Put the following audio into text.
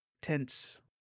Tense